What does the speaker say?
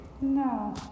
No